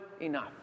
enough